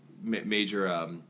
major